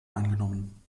eingenommen